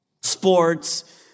sports